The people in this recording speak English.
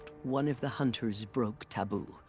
one of the hunters broke taboo.